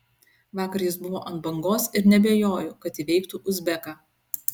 vakar jis buvo ant bangos ir neabejoju kad įveiktų uzbeką